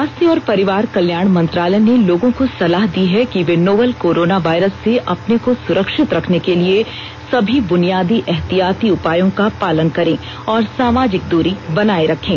स्वास्थ्य और परिवार कल्याण मंत्रालय ने लोगों को सलाह दी है कि वे नोवल कोरोना वायरस से अपने को सुरक्षित रखने के लिए सभी ब्नियादी एहतियाती उपायों का पालन करें और सामाजिक दूरी बनाए रखें